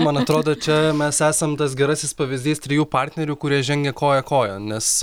man atrodo čia mes esam tas gerasis pavyzdys trijų partnerių kurie žengia koja kojon nes